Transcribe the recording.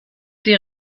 die